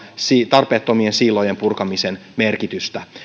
tarpeettomien siilojen purkamisen merkitystä